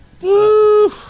Woo